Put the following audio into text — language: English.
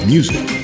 Music